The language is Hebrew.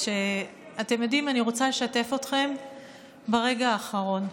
אתם יודעים, אני רוצה לשתף אתכם ברגע האחרון.